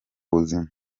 buzima